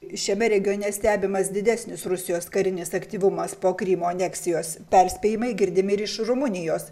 šiame regione stebimas didesnis rusijos karinis aktyvumas po krymo aneksijos perspėjimai girdimi ir iš rumunijos